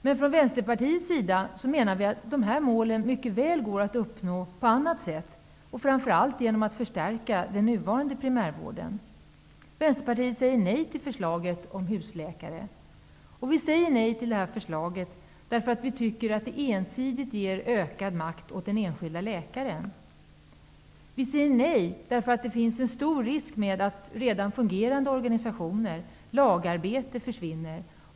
Vi från Vänsterpartiets sida menar att dessa mål mycket väl går att uppnå på annat sätt, framför allt genom att förstärka den nuvarande primärvården. Vi säger nej till förslaget eftersom vi tycker att det ger ensidigt ökad makt till den enskilde läkaren. Vi säger nej eftersom det finns en stor risk för att redan fungerande organisationer och lagarbete försvinner.